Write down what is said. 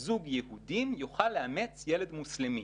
זוג יהודים יוכל לאמץ ילד מוסלמי.